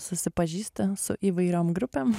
susipažįsti su įvairiom grupėm